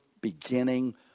beginning